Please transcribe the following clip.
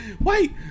wait